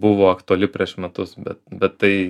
buvo aktuali prieš metus bet bet tai